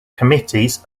committees